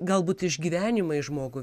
galbūt išgyvenimai žmogų